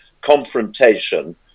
confrontation